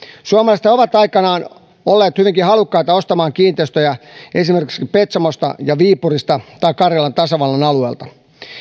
suomalaisethan ovat aikanaan olleet hyvinkin halukkaita ostamaan kiinteistöjä esimerkiksi petsamosta ja viipurista tai karjalan tasavallan alueelta